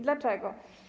Dlaczego?